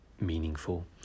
meaningful